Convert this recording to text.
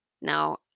Now